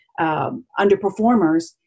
underperformers